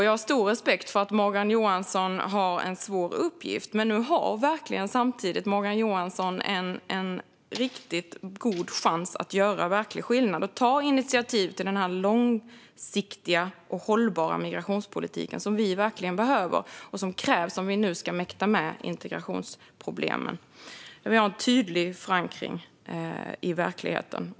Jag har stor respekt för att Morgan Johansson har en svår uppgift, men nu har Morgan Johansson en riktigt god chans att göra verklig skillnad och ta initiativ till den långsiktiga och hållbara migrationspolitik som vi verkligen behöver och som krävs om vi ska mäkta med integrationsproblemen. Det ska vara en tydlig förankring i verkligheten.